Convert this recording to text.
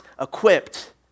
equipped